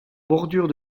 bordure